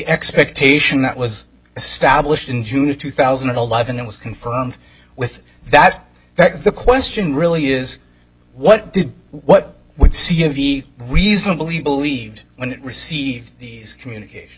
expectation that was established in june of two thousand and eleven it was confirmed with that that the question really is what did what would see if he reasonably believed when it received these communication